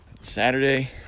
Saturday